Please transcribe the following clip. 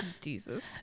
jesus